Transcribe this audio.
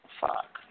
Fuck